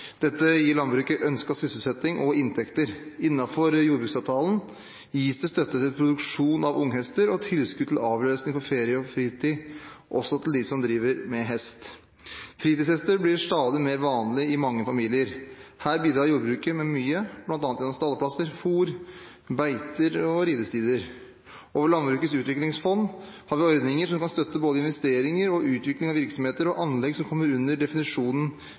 Dette gir landbruket ønsket sysselsetting og inntekter. Innenfor jordbruksavtalen gis det støtte til produksjon av unghester og tilskudd til avløsning for ferie og fritid også til dem som driver med hest. Fritidshester blir stadig mer vanlig i mange familier. Her bidrar jordbruket med mye, bl.a. gjennom stallplasser, fôr, beiter og ridestier. Over Landbrukets utviklingsfond har vi ordninger som kan støtte både investeringer og utvikling av virksomheter og anlegg som kommer inn under definisjonen